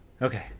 okay